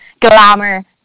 glamour